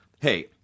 hey